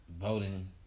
voting